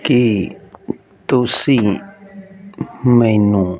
ਕੀ ਤੁਸੀਂ ਮੈਨੂੰ